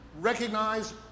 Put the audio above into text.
recognize